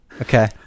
Okay